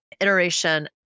iteration